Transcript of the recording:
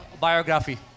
biography